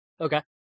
Okay